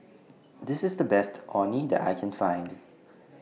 This IS The Best Orh Nee that I Can Find